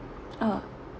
oh